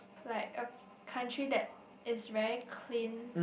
like a country that is very clean